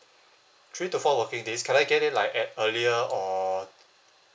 three to four working days can I get it like at earlier or